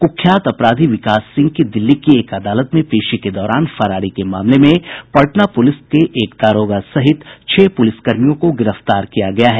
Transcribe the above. कुख्यात अपराधी विकास सिंह की दिल्ली की एक अदालत ने पेशी के दौरान फरारी के मामले में पटना पुलिस के एक दारोगा सहित छह पुलिसकर्मियों को गिरफ्तार किया है